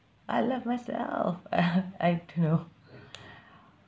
I love myself I don't know